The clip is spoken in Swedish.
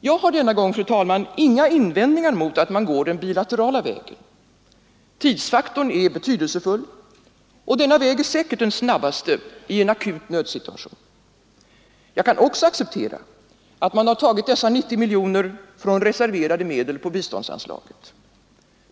Jag har denna gång, fru talman, inga invändningar mot att man har gått den bilaterala vägen. Tidsfaktorn är mycket betydelsefull, och denna väg är säkert den snabbaste i en akut nödsituation. Jag kan också acceptera att man tagit dessa 90 miljoner från reserverade medel på biståndsanslaget.